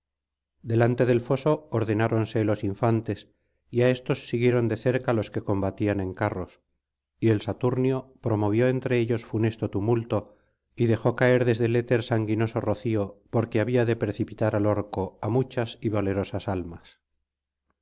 delante del foso ordenáronse los infantes y á éstos siguieron de cércalos que combatían en carros y el saturnio promovió entre ellos funesto tumulto y dejó caer desde el éter sanguinoso rocío porque había de precipitar al orco á muchas y valerosas almas